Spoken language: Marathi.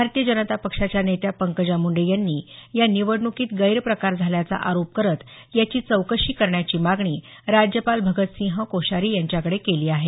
भारतीय जनता पक्षाच्या नेत्या पंकजा मुंडे यांनी या निवडणुकीत गैरप्रकार झाल्याचा आरोप करत याची चौकशी करण्याची मागणी राज्यपाल भगतसिंह कोश्यारी यांच्याकडे केली आहे